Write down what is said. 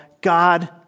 God